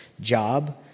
job